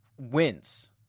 wins